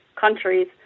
countries